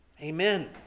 Amen